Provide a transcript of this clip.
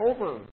over